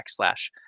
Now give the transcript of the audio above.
backslash